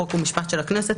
חוק ומשפט של הכנסת,